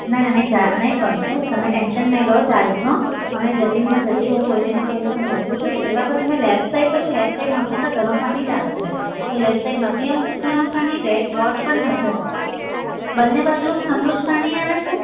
ના ના ના એ ચાર્જ નહી કરીશું તમે ટેંશન નહીં લો ચાર્જનો અમે જલ્દીમાં જલ્દી હું કોઈને ને કોઈને પણ મોકલું છું રિપેર કરવા માટે પણ તમે લેફ્ટ સાઈડ કર્યું લેફ્ટ સાઈડ હંમેશા ગરમ પાણી જ આવે છે તો લેફ્ટ સાઈડ નથી આવતું ગરમ પાણી રેડ ડોટ પણ હશે બન્ને બાજુ ઠંડુ જ પાણી આવે છે